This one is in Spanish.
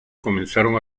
comenzaron